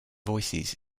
voices